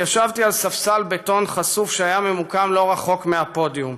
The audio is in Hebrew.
התיישבתי על ספסל בטון חשוף שהיה ממוקם לא רחוק מהפודיום